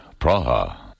Praha